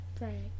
Right